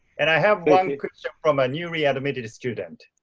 and i have one question from a newly and admitted student,